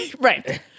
right